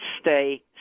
stay